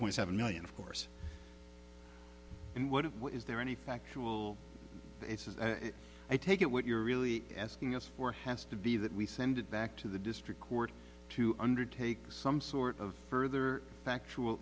point seven million of course and what if what is there any factual basis i take it what you're really asking us for has to be that we send it back to the district court to undertake some sort of further factual